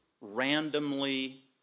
randomly